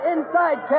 Inside